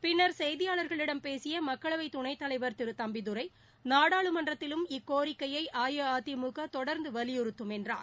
பின்னர் செய்தியாளர்களிடம் பேசிய மக்களவை துணைத்தலைவர் திரு தம்பிதுரை நாடாளுமன்றத்திலும் இக்கோரிக்கையை அஇஅதிமுக தொடர்ந்து வலியுறுத்தும் என்றார்